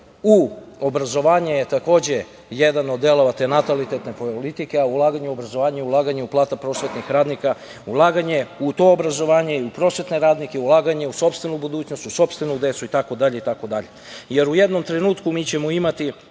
u obrazovanje je takođe jedan od delova te natalitetne politike, a ulaganje u obrazovanje je ulaganje u plate prosvetnih radnika. Ulaganje u to obrazovanje i u prosvetne radnike je ulaganje u sopstvenu budućnost, u sopstvenu decu itd. jer u jednom trenutku mi ćemo imati